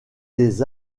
des